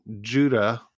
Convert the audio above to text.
Judah